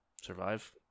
Survive